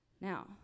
Now